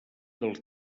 dels